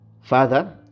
Father